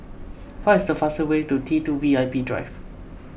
what is the fastest way to T two V I P Drive